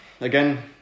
again